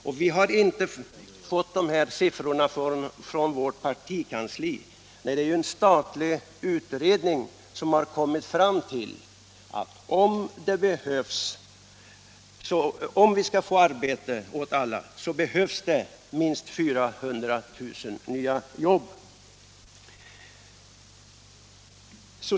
Och vi har inte fått den siffran från vårt partikansli, utan det är en statlig utredning som har kommit Arbetsmarknadspolitiken 55 Arbetsmarknadspolitiken fram till att om vi skall kunna ge arbete åt alla, så behövs det minst 400 000 nya jobb.